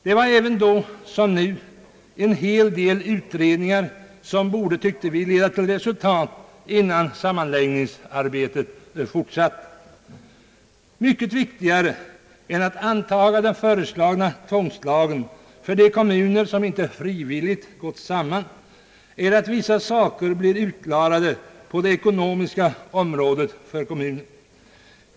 Då som nu fanns en hel del utredningar som, tyckte vi, borde leda till resultat innan sammanläggningsarbetet fortsatte. Mycket viktigare än att antaga den föreslagna tvångslagen för de kommuner som inte frivilligt gått samman är att vissa saker på det ekonomiska området blir utklarade för kommunerna.